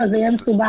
זה יהיה מסובך מדי.